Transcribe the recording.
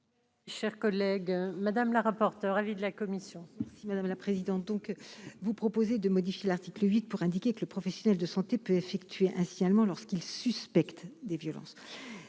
Chers collègues Madame la rapporteure, avis de la commission.